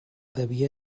devia